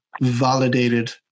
validated